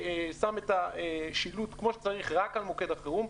שם את השילוט כמו שצריך רק על מוקד החירום,